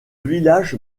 village